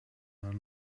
are